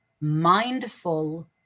mindful